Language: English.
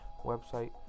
website